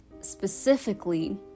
specifically